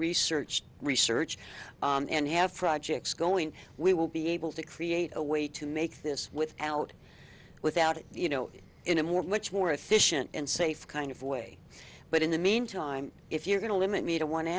research research and have projects going we will be able to create a way to make this without without it you know in a more much more efficient and safe kind of way but in the meantime if you're going to limit me to one